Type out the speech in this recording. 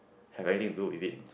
have anything to do with it